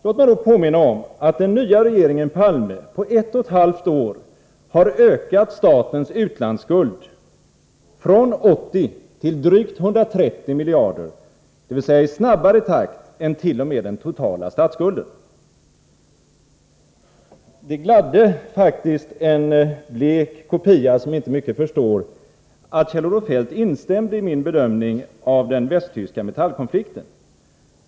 Låt mig då påminna om att den nya regeringen Palme på ett och ett halvt år har ökat statens utlandsskuld från 80 till drygt 130 miljarder, dvs. en snabbare ökningstakt än vad t.o.m. den totala statsskulden har. Det gladde faktiskt en blek kopia som inte mycket förstår att Kjell-Olof Feldt instämde i min bedömning av den västtyska metallkonflikten.